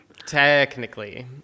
technically